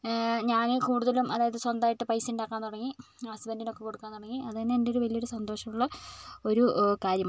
ഞാൻ കൂടുതലും അതായത് സ്വന്തമായിട്ട് പൈസ ഉണ്ടാക്കാൻ തുടങ്ങി ഹസ്ബന്റിനോക്കെ കൊടുക്കാൻ തുടങ്ങി അതുതന്നെ എൻ്റെ ഒരു വലിയ ഒരു സന്തോഷം ഉള്ള ഒരു കാര്യമാണ്